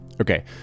Okay